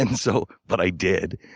and so but i did.